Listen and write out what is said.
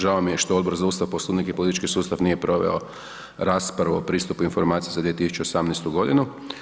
Žao mi je što Odbor za Ustav, Poslovnik i politički sustav nije proveo raspravu o pristupu informacijama za 2018. godinu.